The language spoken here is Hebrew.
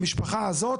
למשפחה הזאת,